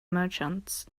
merchants